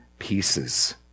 pieces